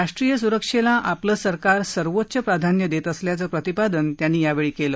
राष्ट्रीय सुरक्षेला आपलं सरकार सर्वोच्च प्राधान्य देत असल्याचं प्रतिपादन त्यांनी यावेळी केलं